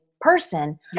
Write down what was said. person